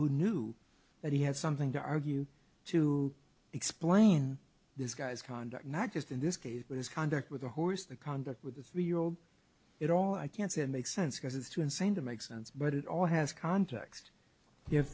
who knew that he had something to argue to explain this guy's conduct not just in this case but his conduct with the horse the conduct with the three year old it all i can't say it makes sense because it's too insane to make sense but it all has context if